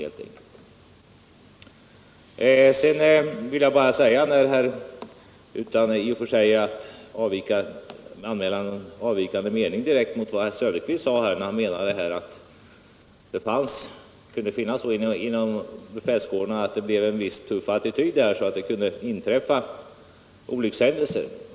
Herr Söderqvist sade att det inom befälskårerna kan bli en viss tuff attityd som gör att det kan inträffa olyckshändelser.